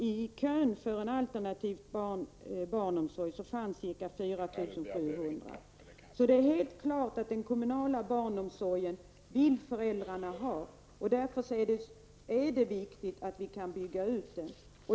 I kön till alternativ barnomsorg finns ca 4 700. Det är alltså helt klart att föräldrarna vill ha den kommunala barnomsorgen. Därför är det viktigt att vi kan bygga ut den.